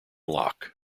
locke